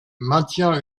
maintient